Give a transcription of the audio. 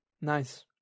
nice